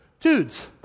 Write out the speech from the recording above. dudes